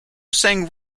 sang